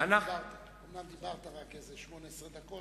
אומנם דיברת רק איזה 18 דקות,